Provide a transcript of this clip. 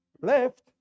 left